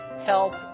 help